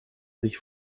sich